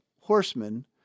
horsemen